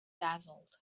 dazzled